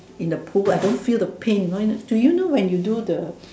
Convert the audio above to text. in the pool I don't feel the pain you know do you know when you do the